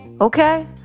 Okay